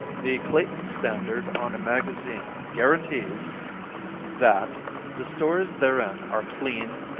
the clayton standard on a magazine guarantees that the stories therein are clean,